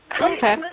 Okay